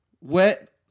Wet